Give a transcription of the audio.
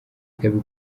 ikaba